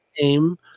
name